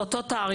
זה אותו תעריף.